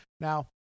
Now